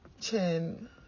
chin